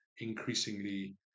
increasingly